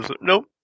nope